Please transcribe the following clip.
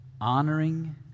Honoring